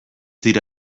dira